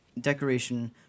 decoration